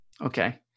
Okay